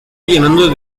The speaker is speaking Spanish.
llenando